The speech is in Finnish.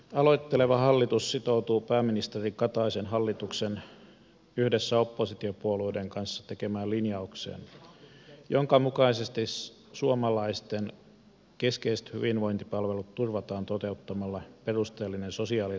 aloitteleva hallitus sitoutuu pääministeri kataisen hallituksen yhdessä oppositiopuolueiden kanssa tekemään linjaukseen jonka mukaisesti suomalaisten keskeiset hyvinvointipalvelut turvataan toteuttamalla perusteellinen sosiaali ja terveyspalvelu uudistus